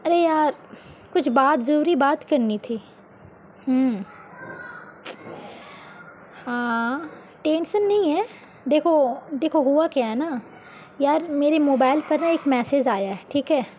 ارے آ کچھ بات ضروری بات کرنی تھی ٹینشن نہیں ہے دیکھو دیکھو ہوا کیا ہے نا یار میرے موبائل پر نہ ایک میسیج آیا ہے ٹھیک ہے